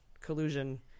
collusion